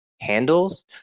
handles